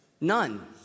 None